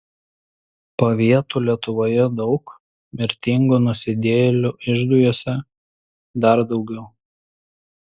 pavietų lietuvoje daug mirtingų nusidėjėlių iždui juose dar daugiau